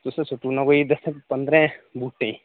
ओह् सु'ट्टना कोई पंदरें बूह्टें च